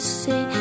see